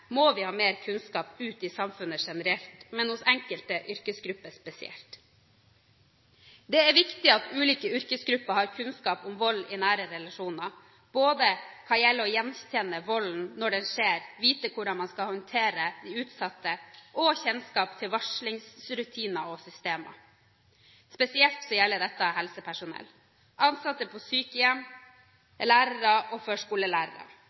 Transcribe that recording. må vi få mer kunnskap ut i samfunnet generelt, men hos enkelte yrkesgrupper spesielt. Det er viktig at ulike yrkesgrupper har kunnskap om vold i nære relasjoner, både hva gjelder å gjenkjenne volden når den skjer, vite hvordan man skal håndtere de utsatte og ha kjennskap til varslingsrutiner og -systemer. Spesielt gjelder dette helsepersonell, ansatte på sykehjem, fysioterapeuter og tannleger, men også lærere og førskolelærere.